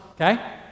Okay